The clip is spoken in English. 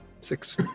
Six